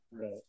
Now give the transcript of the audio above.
Right